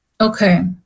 Okay